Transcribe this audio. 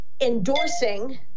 endorsing